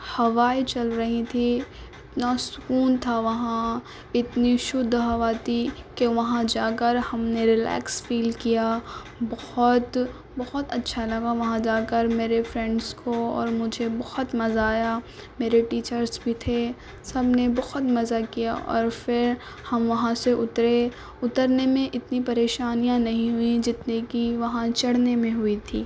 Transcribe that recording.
ہوائیں چل رہی تھیں اتنا سکون تھا وہاں اتنی شدھ ہوا تھی کہ وہاں جا کر ہم نے ریلیکس فیل کیا بہت بہت اچھا لگا وہاں جا کر میرے فرینڈس کو اور مجھے بہت مزہ آیا میرے ٹیچرس بھی تھے سب نے بہت مزہ کیا اور پھر ہم وہاں سے اترے اترنے میں اتنی پریشانیاں نہیں ہوئیں جتنی کہ وہاں چڑھنے میں ہوئی تھیں